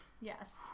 Yes